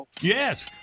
yes